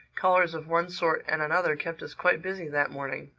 callers of one sort and another kept us quite busy that morning.